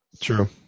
True